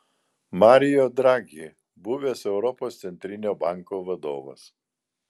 mario draghi buvęs europos centrinio banko vadovas